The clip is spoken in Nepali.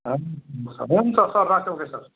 हुन्छ सर राखेँ ओके सर